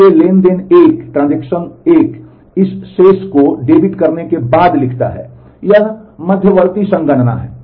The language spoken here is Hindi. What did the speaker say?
इसलिए ट्रांज़ैक्शन 1 इस शेष को debit करने के बाद लिखता है यह मध्यवर्ती संगणना है